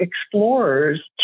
explorers